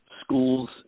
schools